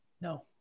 No